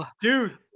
Dude